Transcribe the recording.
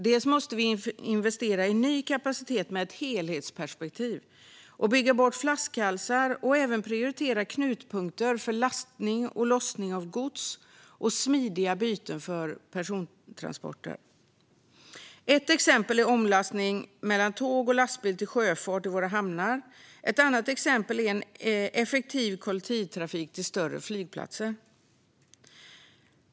Vi måste investera i ny kapacitet med ett helhetsperspektiv, bygga bort flaskhalsar och även prioritera knutpunkter för lastning och lossning av gods samt smidiga byten för persontransporter. Ett exempel är omlastning mellan tåg och lastbil till sjöfart i våra hamnar. Ett annat exempel är en effektiv kollektivtrafik till större flygplatser.